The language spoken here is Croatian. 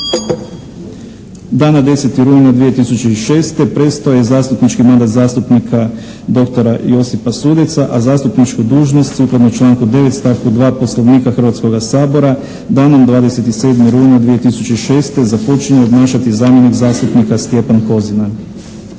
Dana 10. rujna 2006. prestao je zastupnički mandat zastupnika doktora Josipa Sudeca a zastupničku dužnost sukladno članku 9., stavku 2. Poslovnika Hrvatskoga sabora danom 27. rujna 2006. započinje obnašati zamjenik zastupnika Stjepan Kozina.